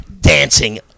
Dancing